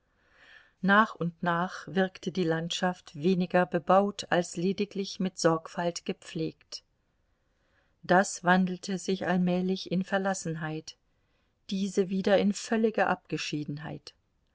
nach und nach wirkte die landschaft weniger bebaut als lediglich mit sorgfalt gepflegt das wandelte sich allmählich in verlassenheit diese wieder in völlige abgeschiedenheit